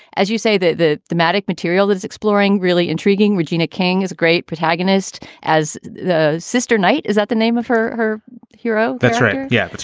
as you say, that the thematic material that is exploring really intriguing. regina king is a great protagonist as the sister knight is at the name of her her hero. that's right yeah